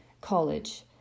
college